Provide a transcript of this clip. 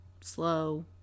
slow